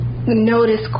Notice